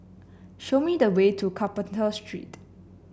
show me the way to Carpenter Street